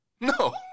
No